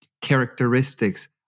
characteristics